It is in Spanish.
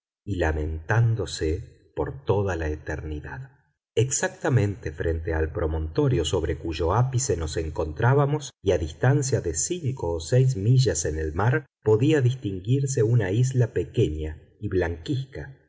lamentándose por toda la eternidad exactamente frente al promontorio sobre cuyo ápice nos encontrábamos y a distancia de cinco o seis millas en el mar podía distinguirse una isla pequeña y blanquizca